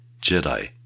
Jedi